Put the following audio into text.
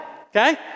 okay